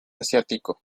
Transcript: asiático